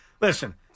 Listen